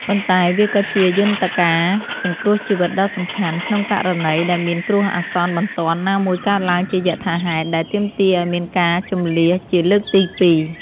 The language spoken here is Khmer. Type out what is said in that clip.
ប៉ុន្តែវាក៏ជាយន្តការសង្គ្រោះជីវិតដ៏សំខាន់ ក្នុងករណីដែលមានគ្រោះអាសន្នបន្ទាន់ណាមួយកើតឡើងជាយថាហេតុ ដែលទាមទារឱ្យមានការជម្លៀសជាលើកទីពីរ។